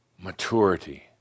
maturity